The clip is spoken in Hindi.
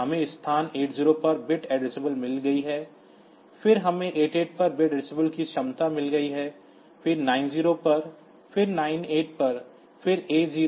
हमें स्थान 80 पर बिट एड्रेसबिलिटी मिल गई है फिर हमें 88 पर बिट एड्रेस की क्षमता मिल गई है फिर 90 पर फिर 98 फिर A0 A8 B0 B8